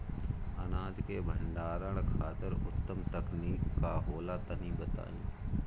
अनाज के भंडारण खातिर उत्तम तकनीक का होला तनी बताई?